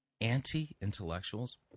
anti-intellectuals